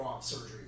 surgery